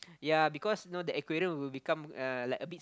yea because know the aquarium will become uh like a bit